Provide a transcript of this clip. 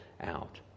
out